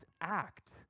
act